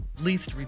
least